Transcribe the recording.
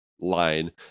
line